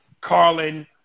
Carlin